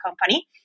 company